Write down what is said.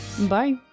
Bye